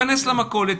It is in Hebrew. תיכנס למכולת,